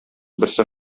берсе